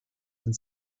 and